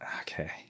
Okay